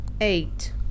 eight